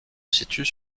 situent